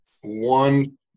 one